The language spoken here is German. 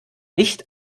nicht